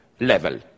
level